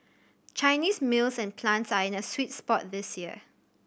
Chinese mills and plants are in a sweet spot this year